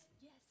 Yes